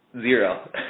Zero